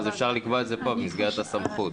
אפשר לקבוע את זה כאן במסגרת הסמכות.